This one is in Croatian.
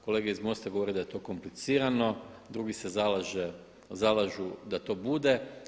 Kolega iz MOST-a je govorio da je to komplicirano, drugi se zalažu da to bude.